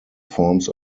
forms